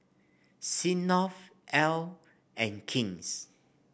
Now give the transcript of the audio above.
Smirnoff Elle and King's